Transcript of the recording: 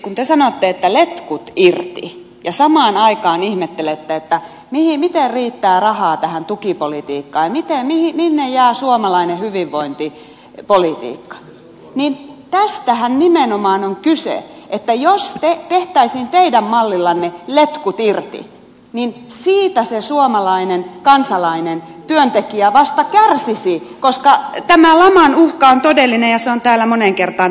kun te sanotte että letkut irti ja samaan aikaan ihmettelette miten riittää rahaa tähän tukipolitiikkaan ja minne jää suomalainen hyvinvointipolitiikka niin tästähän nimenomaan on kyse että jos tehtäisiin teidän mallillanne letkut irti niin siitä se suomalainen kansalainen työntekijä vasta kärsisi koska tämä laman uhka on todellinen ja se on täällä moneen kertaan tänään kerrottu